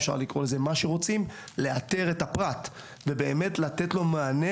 אפשר לקרוא לזה איך שרוצים לאתר את הפרט ולתת לו מענה.